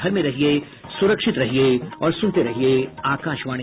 घर में रहिये सुरक्षित रहिये और सुनते रहिये आकाशवाणी